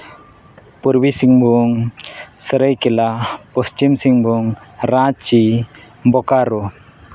ᱯᱩᱨᱵᱤ ᱥᱤᱝᱵᱷᱩᱢ ᱥᱟᱹᱨᱟᱹᱭᱠᱮᱞᱟ ᱯᱚᱥᱪᱤᱢ ᱥᱤᱝᱵᱷᱩᱢ ᱨᱟᱸᱪᱤ ᱵᱳᱠᱟᱨᱳ